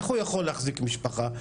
איך הוא יכול להחזיק משפחה?